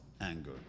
anger